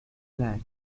plan